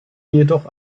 jedoch